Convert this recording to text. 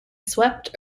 swept